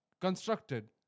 constructed